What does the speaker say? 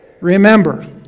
Remember